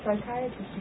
psychiatrist